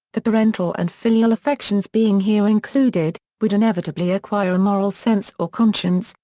the parental and filial affections being here included, would inevitably acquire a moral sense or conscience,